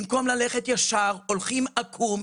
במקום ללכת ישר הולכים עקום,